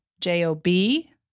J-O-B